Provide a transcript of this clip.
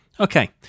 Okay